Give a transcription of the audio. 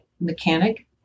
mechanic